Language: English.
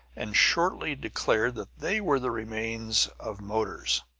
and shortly declared that they were the remains of motors.